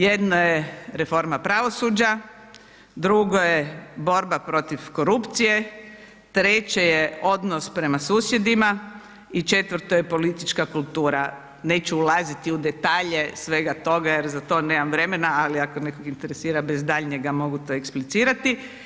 Jedno je reforma pravosuđa, drugo je borba protiv korupcije, treće je odnos prema susjedima i četvrto je politička kultura, neću ulaziti u detalje svega toga jer za to nemam vremena, ali ako nekog interesa bez daljnjega mogu to eksplicirati.